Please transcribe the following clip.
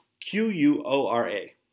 Q-U-O-R-A